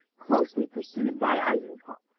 closely pursued by eisenkopf.